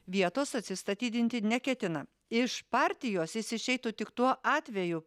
vietos atsistatydinti neketina iš partijos jis išeitų tik tuo atveju